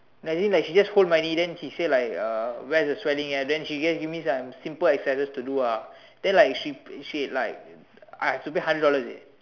like she just hold my knee then she say like uh where is the swelling at then she gave me some simple exercises to do ah then like she she like I have to pay a hundred dollars eh